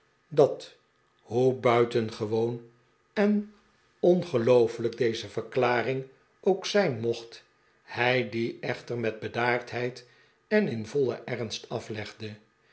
dat hoe buitengewoon en ongelooflijk deze verklaring ook zijn mocht hij die echter met bedaardheid en in vollen ernst aflegde